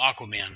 Aquaman